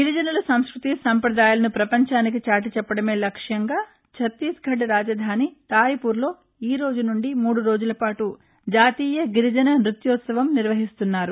గిరిజనుల సంస్కృతి సంప్రదాయాలను ప్రపంచానికి చాటిచెప్పడమే లక్ష్యంగా ఛత్తీస్గఢ్ రాజధాని రాయ్పూర్లో ఈ రోజు నుంచి మూడు రోజుల పాటు జాతీయ గిరిజన నృత్యోత్సవం నిర్వహిస్తున్నారు